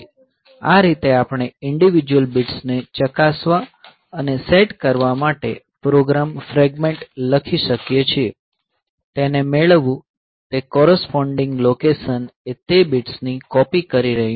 આ રીતે આપણે ઈંડિવિડ્યુઅલ બિટ્સ ને ચકાસવા અને સેટ કરવા માટે પ્રોગ્રામ ફ્રેગમેન્ટ લખી શકીએ છીએ તેને મેળવવું તે કોરસ્પોંડિંગ લોકેશન એ તે બિટ્સની કોપી કરી રહ્યું છે